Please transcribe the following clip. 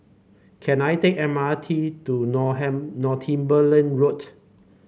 can I take M R T to Northumberland Road